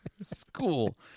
School